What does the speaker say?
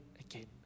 again